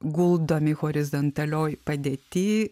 guldomi horizontalioj padėty